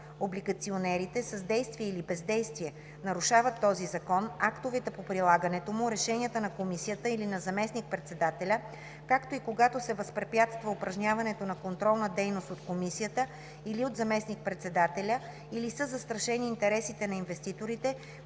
облигационерите, с действие или бездействие нарушават този закон, актовете по прилагането му, решения на комисията или на заместник-председателя, както и когато се възпрепятства упражняването на контролна дейност от комисията или от заместник-председателя или са застрашени интересите на инвеститорите,